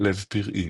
לב פראי